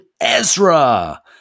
Ezra